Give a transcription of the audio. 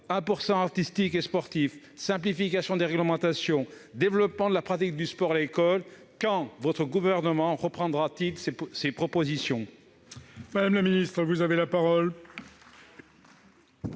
1 % artistique et sportif, simplification des réglementations, développement de la pratique du sport à l'école. Quand le Gouvernement reprendra-t-il ces propositions ?